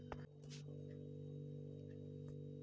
औद्योगिक स्तरावर आता आधुनिक मशीनद्वारे खाद्य तयार केले जाते